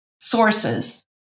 sources